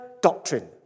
doctrine